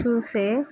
చూసే